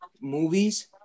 movies